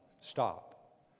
Stop